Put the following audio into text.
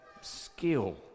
skill